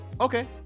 Okay